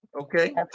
Okay